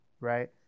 right